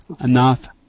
enough